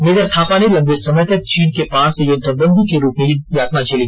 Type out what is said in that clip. major Thapa ने लम्बे समय तक चीन के पास युद्धबन्दी के रूप में यातना झेली